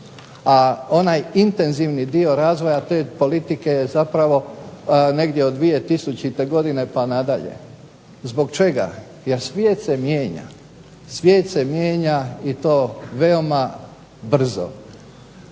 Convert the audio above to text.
a onaj intenzivni dio razvoja te politike je zapravo negdje od 2000. godine pa nadalje. Zbog čega? Jer svijet se mijenja, i to veoma brzo.